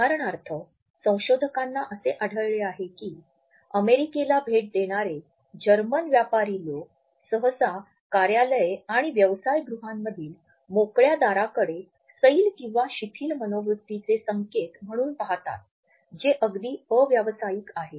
उदाहरणार्थ संशोधकांना असे आढळले आहे की अमेरिकेला भेट देणारे जर्मन व्यापारी लोक सहसा कार्यालये आणि व्यवसाय गृहांमधील मोकळ्या दाराकडे सैल किंवा शिथिल मनोवृत्तीचे संकेत म्हणून पाहतात जे अगदी अव्यवसायिक आहे